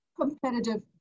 competitive